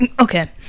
Okay